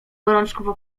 gorączkowo